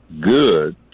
good